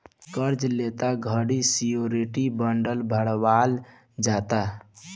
कार्जा लेत घड़ी श्योरिटी बॉण्ड भरवल जाला